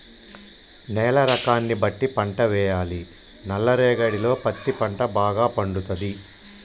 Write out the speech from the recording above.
నేల రకాన్ని బట్టి పంట వేయాలి నల్ల రేగడిలో పత్తి పంట భాగ పండుతది